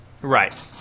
Right